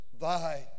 thy